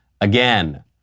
again